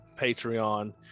patreon